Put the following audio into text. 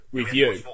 review